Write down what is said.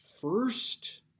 first